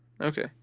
Okay